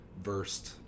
versed